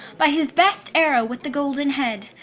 by his best arrow, with the golden head,